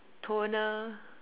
toner